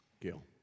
Gail